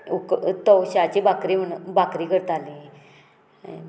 उक तवश्यांची भाकरी म्हण भाकरी करतालीं